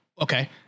Okay